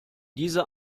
diese